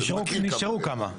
נשארו כמה.